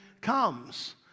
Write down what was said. comes